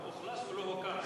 לא אוכלס או לא הוקם?